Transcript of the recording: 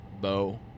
bow